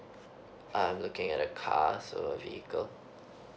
I'm looking at a car so a vehicle